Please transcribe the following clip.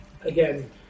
again